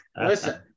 Listen